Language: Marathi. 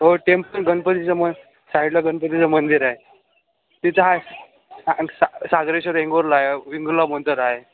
हो टेम्पल गणपतीचं मग साईडला गनपतीचं मंदिर आहे तिथं आहे स सा सागरेश्वर वेंगोरला आहे विंगूला मंदर आहे